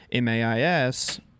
MAIS